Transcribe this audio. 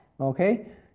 Okay